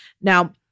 Now